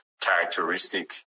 characteristic